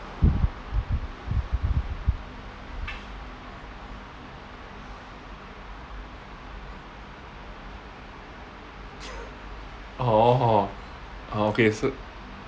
orh orh okay so